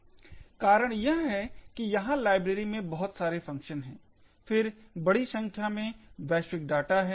कारण यह है कि यहां लाइब्रेरी में बहुत सारे फंक्शन है फिर बड़ी संख्या में वैश्विक डाटा है